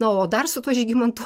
na o dar su tuo žygimantu